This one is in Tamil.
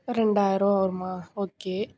ரெண்டாயிரம் வருமா ஓகே